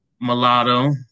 Mulatto